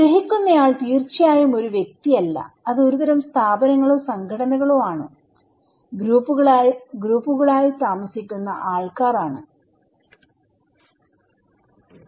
ഗ്രഹിക്കുന്നയാൾ തീർച്ചയായും ഒരു വ്യക്തിയല്ലഅത് ഒരുതരം സ്ഥാപനങ്ങളോ സംഘടനകളോ ആണ് ഗ്രൂപ്പുകൾ ആയി താമസിക്കുന്ന ആൾക്കാർ ആണ്